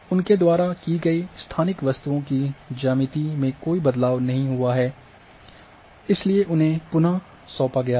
उनके द्वारा की गई स्थानिक वस्तुओं की ज्यामिति में कोई बदलाव नहीं हुआ है इसलिए उन्हें पुन सौंपा गया है